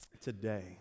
today